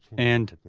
and,